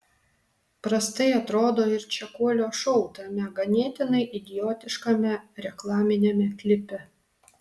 prastai atrodo ir čekuolio šou tame ganėtinai idiotiškame reklaminiame klipe